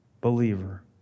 believer